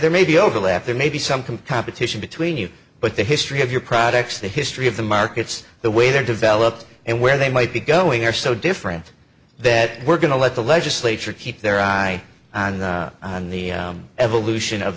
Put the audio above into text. there may be overlap there may be some compound petition between you but the history of your products the history of the markets the way they are developed and where they might be going are so different that we're going to let the legislature keep their eye on the evolution of